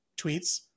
tweets